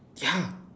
ya